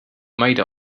made